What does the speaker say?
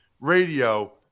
radio